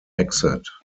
exit